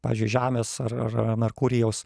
pavyzdžiui žemės ar ar merkurijaus